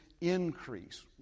increase